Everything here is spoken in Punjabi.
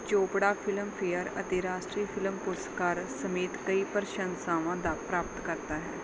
ਚੋਪੜਾ ਫਿਲਮਫੇਅਰ ਅਤੇ ਰਾਸ਼ਟਰੀ ਫਿਲਮ ਪੁਰਸਕਾਰ ਸਮੇਤ ਕਈ ਪ੍ਰਸ਼ੰਸਾਵਾਂ ਦਾ ਪ੍ਰਾਪਤ ਕਰਤਾ ਹੈ